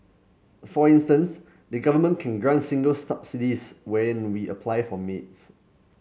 for instance the Government can grant singles subsidies when we apply for maids